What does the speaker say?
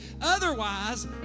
Otherwise